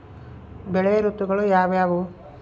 ಬೆಳೆ ಋತುಗಳು ಯಾವ್ಯಾವು?